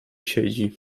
siedzi